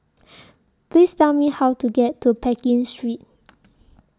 Please Tell Me How to get to Pekin Street